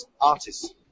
artists